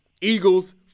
Eagles